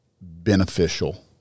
beneficial